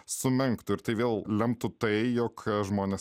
sumenktų ir tai vėl lemtų tai jog žmonės